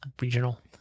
regional